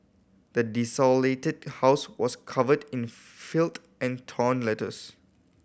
the desolated house was covered in filth and torn letters